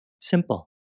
Simple